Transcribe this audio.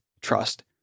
trust